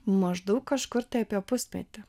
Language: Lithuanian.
maždaug kažkur tai apie pusmetį